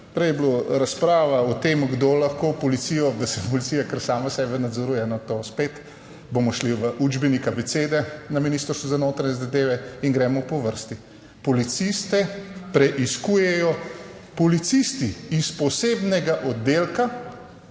prej je bila razprava o tem, kdo lahko v policijo, da se policija kar sama sebe nadzoruje, no to spet bomo šli v učbenik abecede na Ministrstvu za notranje zadeve in gremo po vrsti. Policiste preiskujejo policisti iz posebnega oddelka